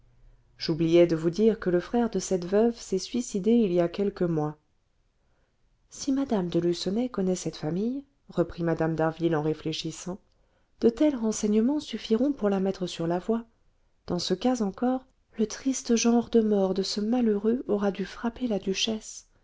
j'oubliais de vous dire que le frère de cette veuve s'est suicidé il y a quelques mois si mme de lucenay connaît cette famille reprit mme d'harville en réfléchissant de tels renseignements suffiront pour la mettre sur la voie dans ce cas encore le triste genre de mort de ce malheureux aura dû frapper la duchesse